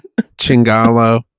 Chingalo